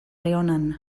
leonan